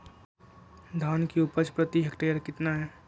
धान की उपज प्रति हेक्टेयर कितना है?